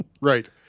right